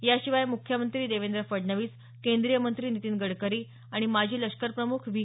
याशिवाय मुख्यमंत्री देवेंद्र फडणवीस केंद्रीय मंत्री नितीन गडकरी आणि माजी लष्करप्रमुख व्ही